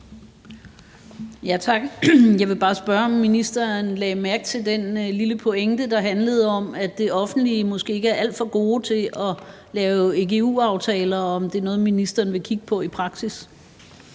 Tak. Jeg vil bare spørge, om ministeren lagde mærke til den lille pointe, der handlede om, at det offentlige måske ikke er alt for gode til at lave igu-aftaler, og om det er noget, ministeren vil kigge på i praksis.